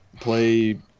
play